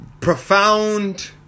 profound